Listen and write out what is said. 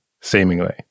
seemingly